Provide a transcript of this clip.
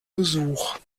besuch